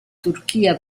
turchia